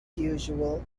usual